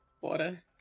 Water